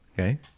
okay